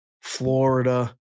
Florida